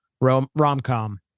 rom-com